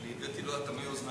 שאת זה אתה לא תיתן שיקרה.